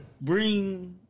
bring